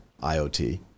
IoT